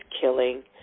killing